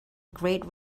great